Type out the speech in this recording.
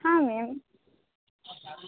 હા મેમ